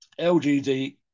LGD